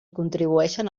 contribueixen